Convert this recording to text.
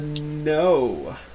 no